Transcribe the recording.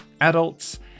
adults